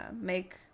make